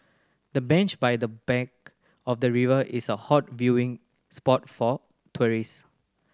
the bench by the bank of the river is a hot viewing spot for tourist